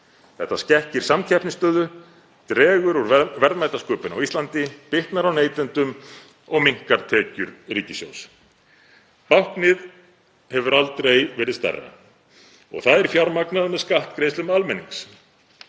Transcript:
Þetta skekkir samkeppnisstöðu, dregur úr verðmætasköpun á Íslandi, bitnar á neytendum og minnkar tekjur ríkissjóðs. Báknið hefur aldrei verið stærra og það er fjármagnað með skattgreiðslum almennings.